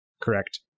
correct